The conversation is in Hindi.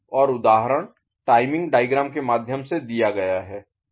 और उदाहरण टाइमिंग डायग्राम के माध्यम से दिया गया है